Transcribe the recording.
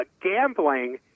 gambling